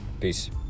Peace